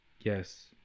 yes